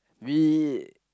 we